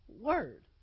Word